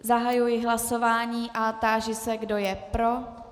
Zahajuji hlasování a táži se, kdo je pro.